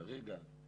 שברגע